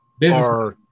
business